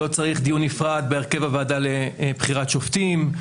לא צריך דיון פרד בהרכב הוועדה לבחירת שופטים,